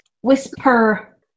Whisper